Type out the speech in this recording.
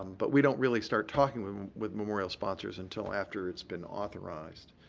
um but we don't really start talking with um with memorial sponsors until after it's been authorized,